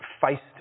faced